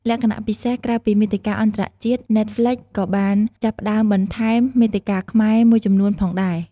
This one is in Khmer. លក្ខណៈពិសេស ក្រៅពីមាតិកាអន្តរជាតិ ណែតហ្ល្វិចក៏បានចាប់ផ្ដើមបន្ថែម មាតិកាខ្មែរ មួយចំនួនផងដែរ។